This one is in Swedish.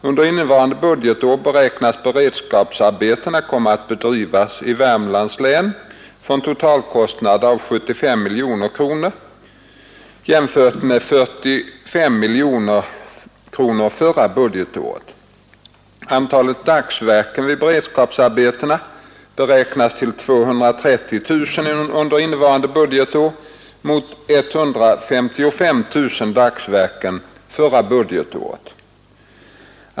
Under innevarande budgetår beräknas beredskapsarbeten komma att bedrivas i Värmlands län för en totalkostnad av 75 miljoner kronor jämfört med 45 miljoner kronor förra budgetåret. Antalet dagsverken vid beredskapsarbetena beräknas till 230 000 under innevarande budgetår mot 155 000 dagsverken förra budgetåret.